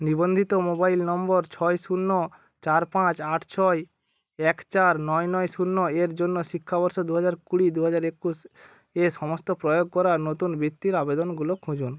নিবন্ধিত মোবাইল নম্বর ছয় শূন্য চার পাঁচ আট ছয় এক চার নয় নয় শূন্য এর জন্য শিক্ষাবর্ষ দু হাজার কুড়ি দু হাজার একুশ এ সমস্ত প্রয়োগ করা নতুন বৃত্তির আবেদনগুলো খুঁজুন